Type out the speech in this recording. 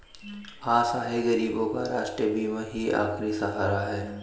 असहाय गरीबों का राष्ट्रीय बीमा ही आखिरी सहारा है